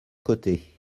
côté